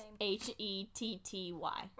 H-E-T-T-Y